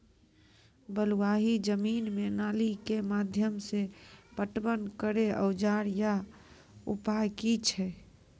बलूआही जमीन मे नाली के माध्यम से पटवन करै औजार या उपाय की छै?